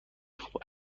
خوب